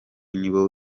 nibo